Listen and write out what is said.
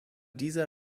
dieser